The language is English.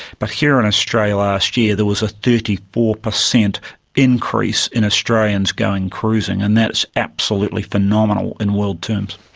but here in australia last year there was a thirty four per cent increase in australians going cruising and that's absolutely phenomenal in world terms.